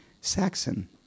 Saxon